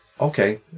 okay